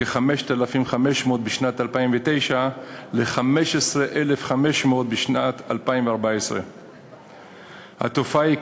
מ-5,500 בשנת 2009 ל-15,500 בשנת 2014. התופעה היא כלל-מגזרית,